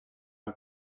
our